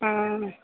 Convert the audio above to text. हाँ